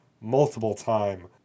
multiple-time